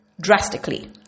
drastically